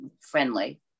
friendly